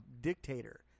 dictator